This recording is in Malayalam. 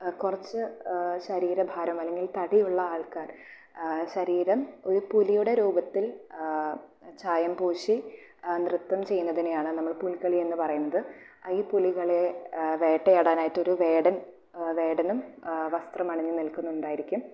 കുറച്ച് ശരീര ഭാരം അല്ലെങ്കിൽ തടിയുള്ള ആൾക്കാർ ശരീരം ഒരു പുലിയുടെ രൂപത്തിൽ ചായം പൂശി നൃത്തം ചെയ്യുന്നതിനെയാണ് നമ്മൾ പുലിക്കളി എന്ന് പറയുന്നത് ഈ പുലികളെ വേട്ടയാടാനായിട്ട് ഒരു വേടൻ വേടനും വസ്ത്രമണിഞ്ഞ് നിൽക്കുന്നുണ്ടായിരിക്കും